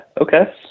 okay